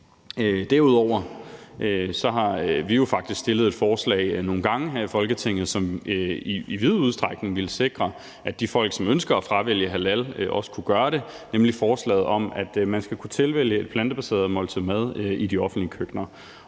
Derudover har vi jo faktisk fremsat et forslag nogle gange her i Folketinget, som i vid udstrækning ville sikre, at de folk, som ønsker at fravælge halalcertificerede produkter, også kunne gøre det, nemlig forslaget om, at man skal kunne tilvælge et plantebaseret måltid mad i de offentlige køkkener.